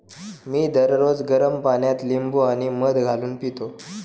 मी दररोज गरम पाण्यात लिंबू आणि मध घालून पितो